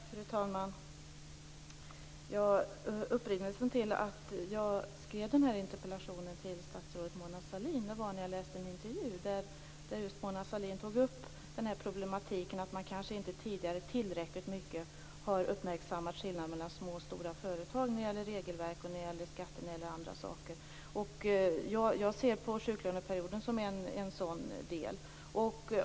Fru talman! Upprinnelsen till att jag skrev den här interpellationen till statsrådet Mona Sahlin var att jag läste en intervju där just Mona Sahlin tog upp den här problematiken att man kanske inte tidigare tillräckligt mycket har uppmärksammat skillnaden mellan små och stora företag när det gäller regelverk, skatter och andra saker. Jag ser på sjuklöneperioden som en sådan sak.